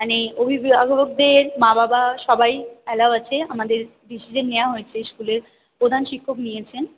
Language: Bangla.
মানে অভিভাবকদের মা বাবা সবাই অ্যালাও আছে আমাদের ডিসিশান নেওয়া হয়েছে স্কুলের প্রধান শিক্ষক নিয়েছেন